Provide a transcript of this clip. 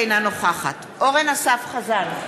אינה נוכחת אורן אסף חזן,